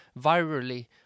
virally